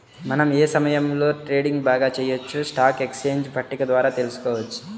మనం ఏ సమయంలో ట్రేడింగ్ బాగా చెయ్యొచ్చో స్టాక్ ఎక్స్చేంజ్ పట్టిక ద్వారా తెలుసుకోవచ్చు